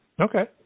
Okay